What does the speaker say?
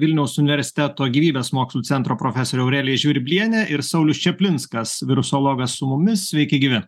vilniaus universiteto gyvybės mokslų centro profesorė aurelija žvirblienė ir saulius čaplinskas virusologas su mumis sveiki gyvi